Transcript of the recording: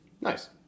Nice